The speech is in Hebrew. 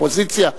אופוזיציה,